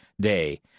Day